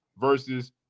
versus